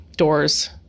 doors